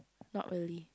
not really